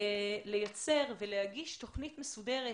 לייצר ולהגיש תוכנית מסודרת,